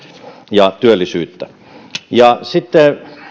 ja työllisyyttä sitten